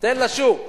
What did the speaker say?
תן לשוק.